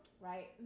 Right